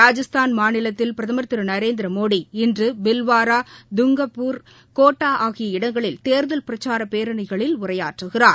ராஜஸ்தான் மாநிலத்தில் பிரதமர் திரு நரேந்திரமோடி இன்று பில்வாரா தங்கள்பூர் கோட்டா ஆகிய இடங்களில் தேர்தல் பிரச்சார பேரணிகளில் உரையாற்றுகிறார்